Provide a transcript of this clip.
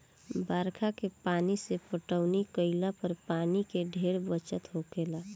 बरखा के पानी से पटौनी केइला पर पानी के ढेरे बचत होखेला